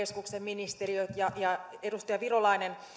verottajan eläketurvakeskuksen ministeriöt ja ja edustaja virolainen